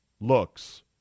looks